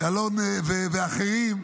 אלון ואחרים,